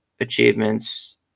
achievements